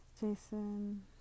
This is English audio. Jason